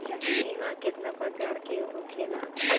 बीमा केतना प्रकार के होखे ला?